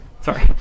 Sorry